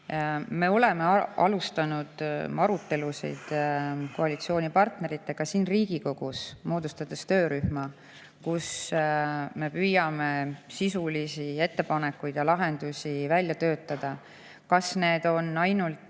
Me oleme alustanud arutelusid koalitsioonipartneritega siin Riigikogus, moodustades töörühma, kus me püüame sisulisi ettepanekuid ja lahendusi välja töötada. Kas need on ainult